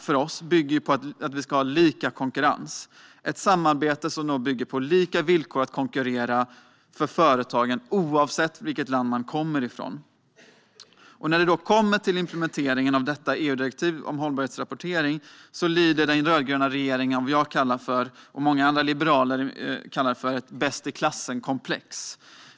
För oss bygger EU:s inre marknad på lika konkurrens - ett samarbete som bygger på lika villkor att konkurrera för företagen oavsett vilket land man kommer ifrån. När det kommer till implementeringen av detta EU-direktiv om hållbarhetsrapportering lider den rödgröna regeringen av vad jag och många andra liberaler kallar för ett bäst-i-klassen-komplex.